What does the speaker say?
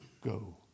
go